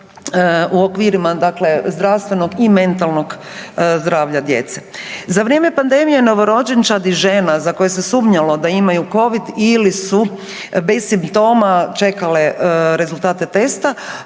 u okvirima dakle zdravstvenog i mentalnog zdravlja djece. Za vrijeme pandemije novorođenčad i žena za koje se sumnjalo da imaju Covid ili su bez simptoma čekale rezultate testa